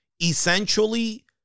essentially